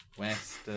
West